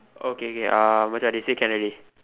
okay okay uh Macha they say can already